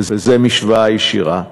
וזו משוואה ישירה,